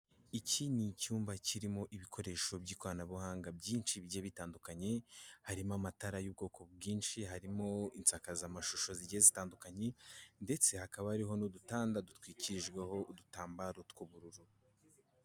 Iki ni icyumba kirimo ibikoresho by'ikoranabuhanga byinshi bigiye bitandukanye, harimo amatara y'ubwoko bwinshi, harimo insakazamashusho zigiye zitandukanye ndetse hakaba hariho n'udutanda dutwikirijweho udutambaro tw'ubururu.